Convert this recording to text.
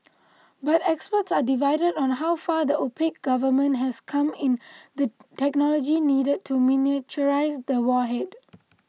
but experts are divided on how far the opaque government has come in the technology needed to miniaturise the warhead